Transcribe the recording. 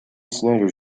snyder